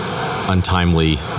untimely